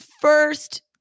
first